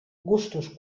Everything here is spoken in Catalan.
gustos